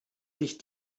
sich